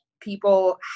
people